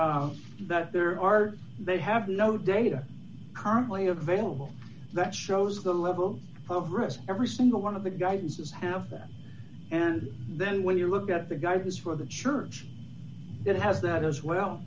e that there are they have no data currently available that shows the level of risk every single one of the guidance is have them and then when you look at the guidance for the church didn't have that as well